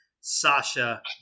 Sasha